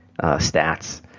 stats